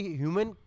human